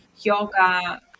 yoga